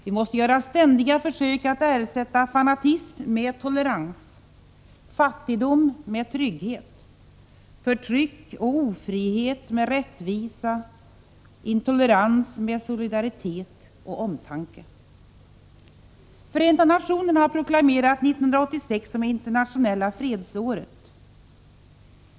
Vi måste göra ständiga försök att ersätta fanatism med tolerans, fattigdom med trygghet, förtryck och ofrihet med rättvisa, intolerans med solidaritet och omtanke. Förenta nationerna har proklamerat 1986 som Internationella fredsåret.